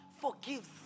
forgives